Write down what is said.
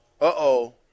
uh-oh